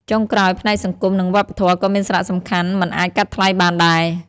ចុងក្រោយ ផ្នែកសង្គម និងវប្បធម៌ ក៏មានសារៈសំខាន់មិនអាចកាត់ថ្លៃបានដែរ។